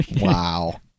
Wow